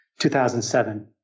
2007